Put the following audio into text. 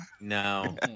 No